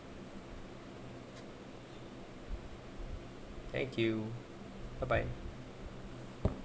thank you bye bye